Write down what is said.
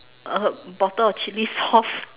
uh bottle of chili sauce